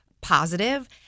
positive